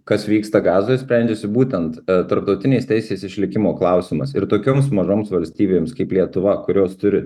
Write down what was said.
kas vyksta gazoj sprendžiasi būtent tarptautinės teisės išlikimo klausimas ir tokioms mažoms valstybėms kaip lietuva kurios turi